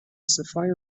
safari